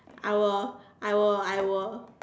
I will I will I will